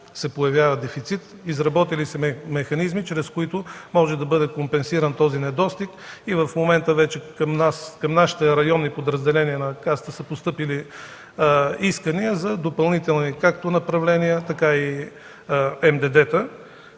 се появява дефицит. Изработили сме механизми, чрез които може да бъде компенсиран този недостиг и в момента вече към нашите районни подразделения на Касата са постъпили искания за допълнителни – както направления, така и за МДД-та.